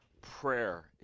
prayer